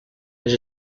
les